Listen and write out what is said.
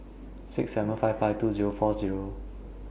six seven five five two Zero four Zero